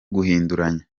guhinduranya